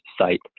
site